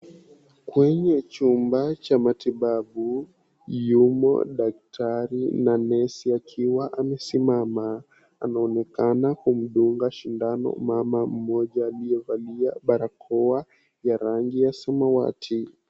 Kwenye chumba cha matibabu yupo daktari na nurse akiwa amesimama anaonekana kumdunga sindano mama mmoja aliyevalia barakoa ya rangi ya samawati.